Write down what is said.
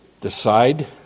Decide